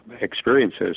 experiences